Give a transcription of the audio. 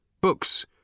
Books